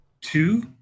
Two